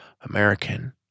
American